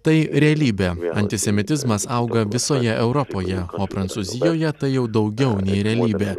tai realybė antisemitizmas auga visoje europoje o prancūzijoje tai jau daugiau nei realybė